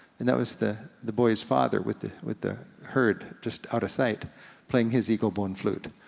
and that was the the boy's father with the with the herd just out of sight playing his eagle bone flute.